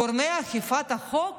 גורמי אכיפת החוק